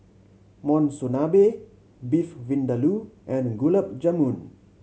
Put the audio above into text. Monsunabe Beef Vindaloo and Gulab Jamun